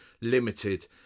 limited